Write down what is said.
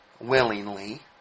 willingly